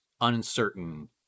uncertain